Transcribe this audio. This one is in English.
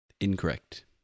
Incorrect